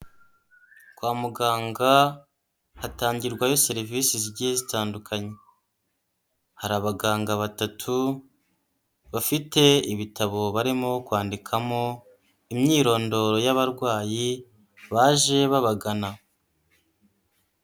Kwa muganga hatangirwayo serivisi zigiye zitandukanye. Hari abaganga batatu bafite ibitabo barimo kwandikamo imyirondoro y'abarwayi baje babagana.